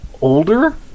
older